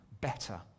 better